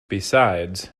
besides